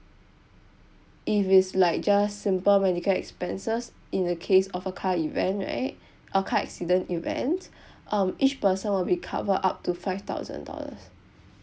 if it's like just simple medical expenses in the case of a car event right uh car accident event um each person will be covered up to five thousand dollars